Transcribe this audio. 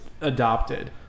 adopted